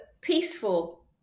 peaceful